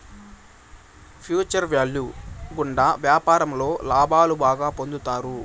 future value గుండా వ్యాపారంలో లాభాలు బాగా పొందుతారు